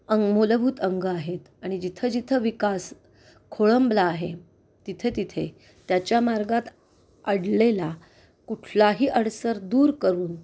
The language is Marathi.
अंग मोलभूत अंग आहेत आणि जिथंजिथं विकास खोळंबला आहे तिथेतिथे त्याच्या मार्गात अडलेला कुठलाही अडसर दूर करून